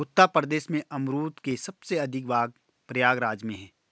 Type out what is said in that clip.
उत्तर प्रदेश में अमरुद के सबसे अधिक बाग प्रयागराज में है